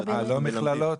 לא מכללות?